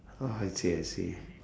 oh I see I see